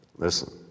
Listen